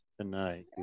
tonight